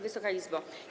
Wysoka Izbo!